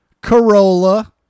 Corolla